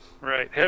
Right